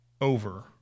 over